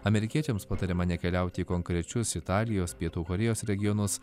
amerikiečiams patariama nekeliauti į konkrečius italijos pietų korėjos regionus